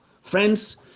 friends